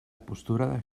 postura